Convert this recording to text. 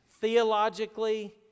theologically